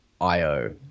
io